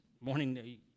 morning